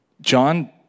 John